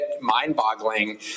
mind-boggling